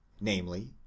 Namely